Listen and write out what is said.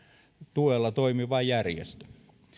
tuella toimiva järjestö